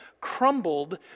crumbled